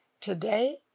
today